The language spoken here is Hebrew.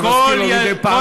אני מזכיר לו מדי פעם, ככה.